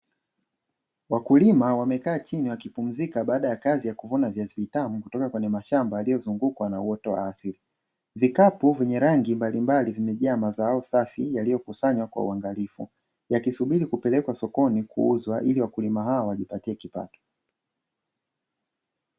Wakulima wamekaa chini wakipumzika baada ya kazi ya kuvuna viazi vilivyo toka kwenye mashamba yaliyozungukwa na uoto wa asili, vikapu vyenye rangi mbalimbali vimejaa mazao hayo safi yaliyokusanywa kwa uangalifu, yakisubiri kupelekwa sokoni kuuzwa ili wakulima hawa wajipatie kipato.